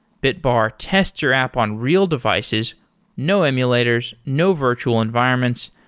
bitbar tests your app on real devices no emulators, no virtual environments.